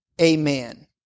amen